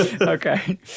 Okay